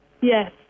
Yes